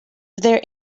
their